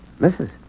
Mrs